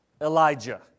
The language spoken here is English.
Elijah